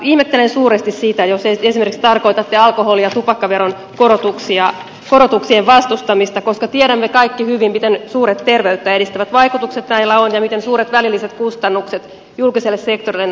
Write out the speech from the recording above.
ihmettelen suuresti sitä jos esimerkiksi tarkoitatte alkoholi ja tupakkaveron korotuksien vastustamista koska tiedämme kaikki hyvin miten suuret terveyttä edistävät vaikutukset näillä on ja miten suuret välilliset kustannukset julkiselle sektorille näistä sairauksista aiheutuu